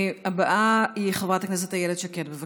הדוברת הבאה היא חברת הכנסת איילת שקד, בבקשה.